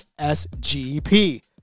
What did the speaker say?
sgp